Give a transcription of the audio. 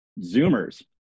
Zoomers